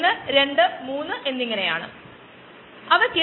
നമ്മൾ ചിലപ്പോൾ ഒന്നും നീക്കം ചെയ്തിട്ടുണ്ടാകില്ല